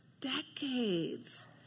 decades